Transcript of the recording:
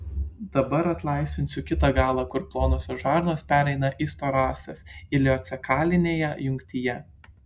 dabar atlaisvinsiu kitą galą kur plonosios žarnos pereina į storąsias ileocekalinėje jungtyje